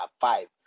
five